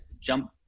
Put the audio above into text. jump